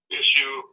issue